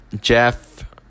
Jeff